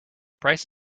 price